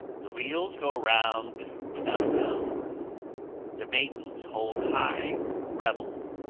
the wheels go round without a sound the maidens hold high revel